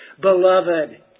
Beloved